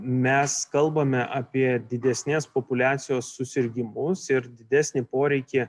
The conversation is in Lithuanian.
mes kalbame apie didesnės populiacijos susirgimus ir didesnį poreikį